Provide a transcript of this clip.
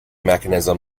mechanism